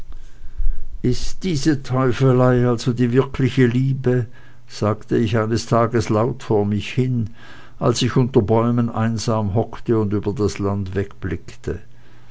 ist diese teufelei also die wirkliche liebe sagte ich eines tages laut vor mich hin als ich unter bäumen einsam hockte und über das land wegblickte